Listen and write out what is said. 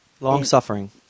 Long-suffering